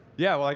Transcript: yeah, like